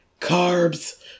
Carbs